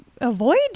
avoid